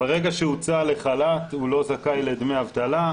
הוצא לחל"ת, הוא לא זכאי לדמי אבטלה.